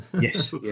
Yes